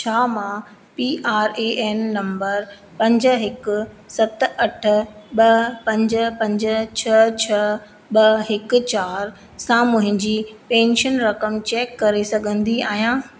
छा मां P R A N number पंज हिकु सत अठ ॿ पंज पंज छह छह ॿ हिकु चारि सां मुंहिंजी पैंशन रक़म चैक करे सघंदी आहियां